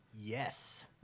Yes